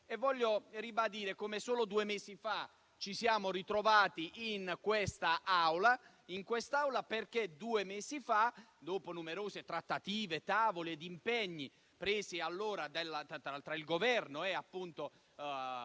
Voglio ribadire come solo due mesi fa ci siamo ritrovati in quest'Aula, perché due mesi fa, dopo numerose trattative, tavoli ed impegni tra il Governo e